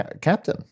Captain